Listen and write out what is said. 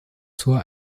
zur